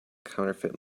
counterfeit